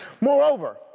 Moreover